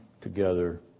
together